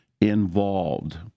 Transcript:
involved